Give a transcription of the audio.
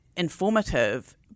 Informative